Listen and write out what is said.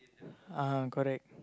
ah correct